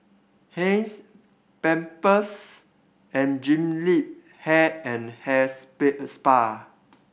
Heinz Pampers and Jean Yip Hair and Hair Spa